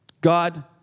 God